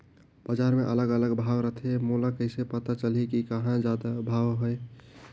बजार मे अलग अलग भाव रथे, मोला कइसे पता चलही कि कहां जादा भाव हे?